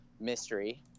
mystery